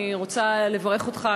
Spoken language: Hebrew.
אני רוצה לברך אותך,